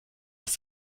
ist